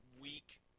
week